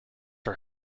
are